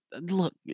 look